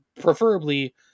preferably